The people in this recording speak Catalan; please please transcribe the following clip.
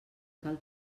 cal